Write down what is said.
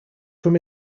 from